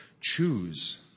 choose